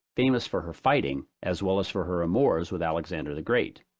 famous for her fighting, as well as for her amours with alexander the great.